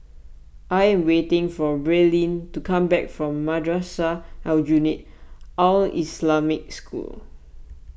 I am waiting for Braelyn to come back from Madrasah Aljunied Al Islamic School